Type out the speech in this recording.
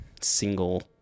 single